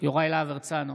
יוראי להב הרצנו,